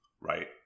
right